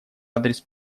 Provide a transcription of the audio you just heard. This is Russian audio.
адрес